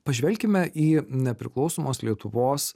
pažvelkime į nepriklausomos lietuvos